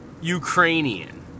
Ukrainian